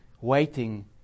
waiting